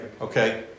okay